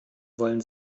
wollen